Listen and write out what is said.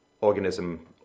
organism